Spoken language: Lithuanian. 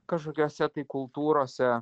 kažkokiose tai kultūrose